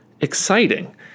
exciting